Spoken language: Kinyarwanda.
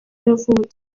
yavutse